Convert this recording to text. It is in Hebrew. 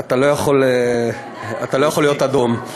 אתה לא יכול להיות אדום.